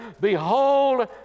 Behold